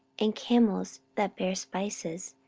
and camels that bare spices,